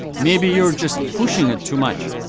maybe you're just pushing it too much.